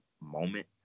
moment